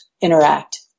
interact